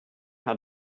how